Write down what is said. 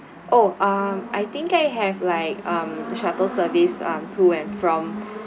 oh um I think I have like um shuttle service um to and from